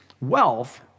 wealth